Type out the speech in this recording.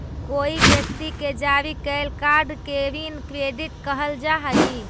कोई व्यक्ति के जारी कैल कार्ड के ऋण क्रेडिट कहल जा हई